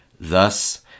Thus